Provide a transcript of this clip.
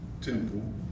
temple